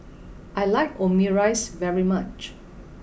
I like Omurice very much